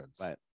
Right